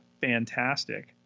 fantastic